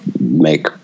make